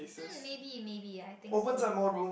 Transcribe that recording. mm maybe maybe I think so